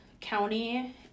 county